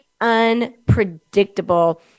unpredictable